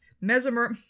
Mesmer